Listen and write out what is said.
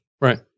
right